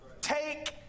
Take